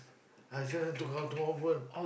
I sent her to Katong-Convent